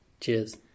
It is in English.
Cheers